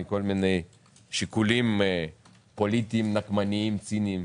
מכל מיני שיקולים פוליטיים נקמניים וציניים,